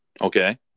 Okay